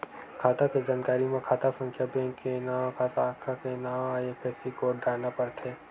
खाता के जानकारी म खाता संख्या, बेंक के नांव, साखा के नांव, आई.एफ.एस.सी कोड डारना परथे